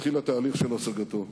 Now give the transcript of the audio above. מתחיל התהליך של השגתו.